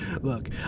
Look